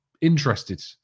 Interested